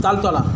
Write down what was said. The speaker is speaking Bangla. তালতলা